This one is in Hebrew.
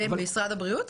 למשרד הבריאות?